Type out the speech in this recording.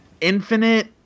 Infinite